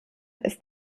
ist